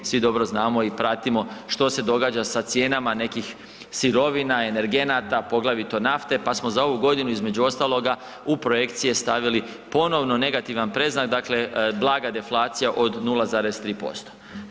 Svi dobro znamo i pratimo što se događa sa cijenama nekih sirovina, energenata poglavito nafte, pa smo za ovu godinu između ostaloga u projekcije stavili ponovno negativan predznak, dakle blaga deflacija od 0,3%